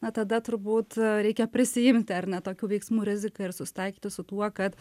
na tada turbūt reikia prisiimti ar ne tokių veiksmų riziką ir susitaikyti su tuo kad